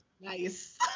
Nice